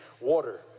water